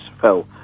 fell